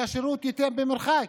שהשירות יינתן ממרחק,